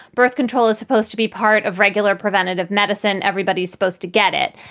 birth control is supposed to be part of regular preventative medicine. everybody's supposed to get it.